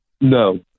No